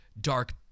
dark